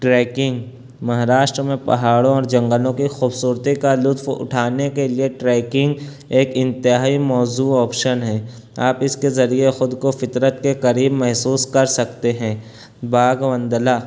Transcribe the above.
tracking Maharashtra میں پہاڑوں اور جنگلوں کی خوبصورتی کا لطف اٹھانے کے لیے ٹریکینگ ایک انتہائی موضوع آپشن ہے آپ اس کے ذریعے خود کو فطرت کے قریب محسوس کر سکتے ہیں باغ وندلہ